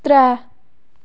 त्रै